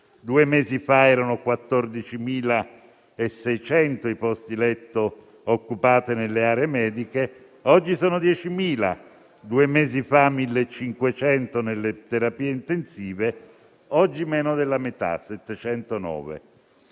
due mesi fa erano 14.600 i posti letto occupati nelle aree mediche, oggi sono 10.000; due mesi fa erano 1.500 i posti occupati nelle terapie intensive, oggi meno della metà (709).